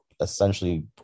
essentially